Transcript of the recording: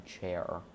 chair